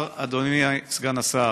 לומר, אדוני סגן השר,